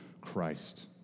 Christ